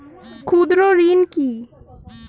ক্ষুদ্র ঋণ কি?